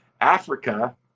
Africa